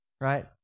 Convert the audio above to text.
Right